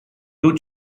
two